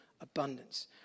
abundance